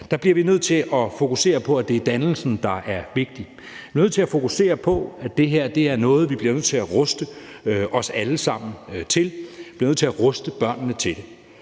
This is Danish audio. vi bliver nødt til at fokusere på, er, at det er dannelsen, der er vigtig. Vi er nødt til at fokusere på, at det her er noget, vi bliver nødt til at ruste os alle sammen til. Vi bliver nødt til at ruste børnene til det.